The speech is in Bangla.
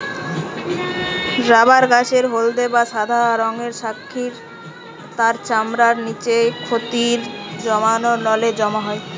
রাবার গাছের হলদে বা সাদা রঙের ক্ষীর তার চামড়ার নিচে ক্ষীর জমার নলে জমা হয়